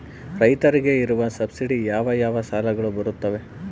ರೈತರಿಗೆ ಇರುವ ಸಬ್ಸಿಡಿ ಯಾವ ಯಾವ ಸಾಲಗಳು ಬರುತ್ತವೆ?